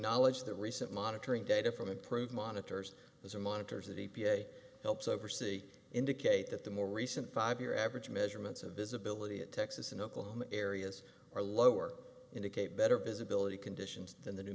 acknowledge that recent monitoring data from approved monitors has a monitors that e p a helps oversee indicate that the more recent five year average measurements of visibility at texas and oklahoma areas are lower indicate better visibility conditions than the n